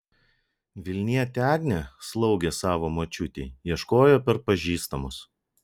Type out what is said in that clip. vilnietė agnė slaugės savo močiutei ieškojo per pažįstamus